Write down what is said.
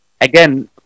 Again